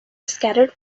scattered